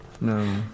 No